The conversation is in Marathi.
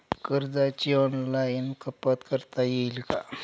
कर्जाची ऑनलाईन कपात करता येईल का?